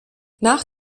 nach